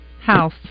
House